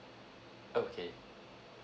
okay